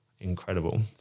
incredible